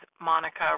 Monica